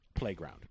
Playground